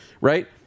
right